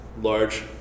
large